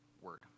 word